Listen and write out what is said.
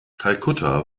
kalkutta